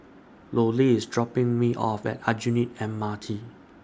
Lollie IS dropping Me off At Aljunied M R T